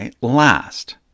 last